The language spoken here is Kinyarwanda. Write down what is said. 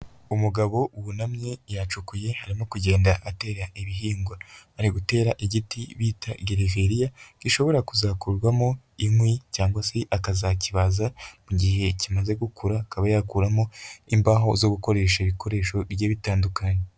Umugabo wunamye yacukuye arimo kugenda atera ibihingwa ari gutera igiti bita gereveriya gishobora kuzakurwamo inkwi cyangwa se akazakibaza mu gihe kimaze gukura akaba yakuramo imbaho zo gukoresha ibikoresho bigiye bitandukanye.